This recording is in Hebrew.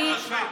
אנחנו יושבים.